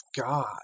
god